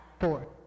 four